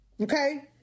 Okay